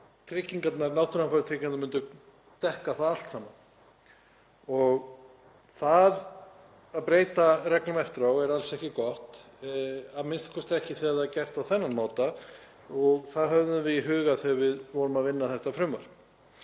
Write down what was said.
náttúruhamfaratryggingarnar myndu dekka það allt saman. Það að breyta reglum eftir á er alls ekki gott, a.m.k. ekki þegar það er gert á þennan máta og það höfðum við í huga þegar við vorum að vinna þetta frumvarp.